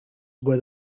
where